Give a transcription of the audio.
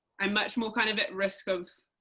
i'm much more kind of at risk of